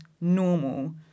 normal